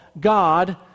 God